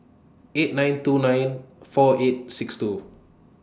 eight nine two nine four eight six two